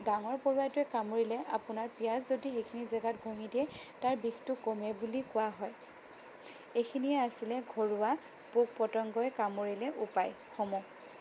ডাঙৰ পৰুৱাটোৱে কামুৰিলে আপোনাৰ পিয়াঁজ যদি সেইখিনি জেগাত ঘঁহি দিয়ে তাৰ বিষটো কমে বুলি কোৱা হয় এইখিনিয়ে আছিলে ঘৰুৱা পোক পতঙ্গই কামুৰিলে উপায়সমূহ